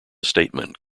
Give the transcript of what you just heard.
statement